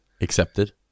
Accepted